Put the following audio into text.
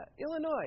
Illinois